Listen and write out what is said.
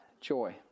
joy